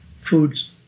foods